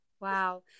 wow